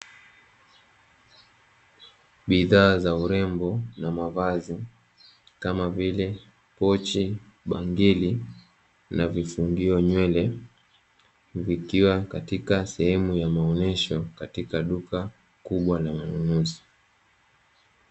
Bidhaa za urembo na mavazi, kama vile pochi, bangili na vifungio vya nywele, vikiwa katika sehemu ya maonyesho katika duka kubwa la manunuzi.